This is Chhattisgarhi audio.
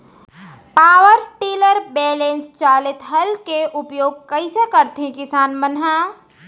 पावर टिलर बैलेंस चालित हल के उपयोग कइसे करथें किसान मन ह?